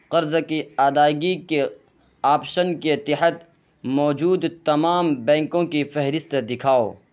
قرض کی ادائیگی کے آپشن کے تحت موجود تمام بینکوں کی فہرست دکھاؤ